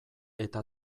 eta